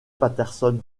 patterson